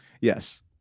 Yes